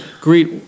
greet